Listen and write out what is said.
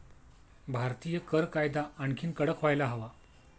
भारतीय कर कायदा आणखी कडक व्हायला हवा